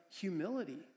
humility